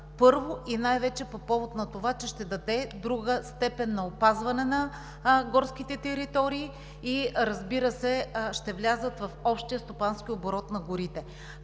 Първо, и най-вече по повод на това, че ще даде друга степен на опазване на горските територии и, разбира се, ще влязат в общия стопански оборот на горите.